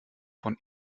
von